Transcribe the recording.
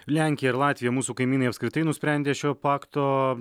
lenkija ir latvija mūsų kaimynai apskritai nusprendė šio pakto